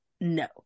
No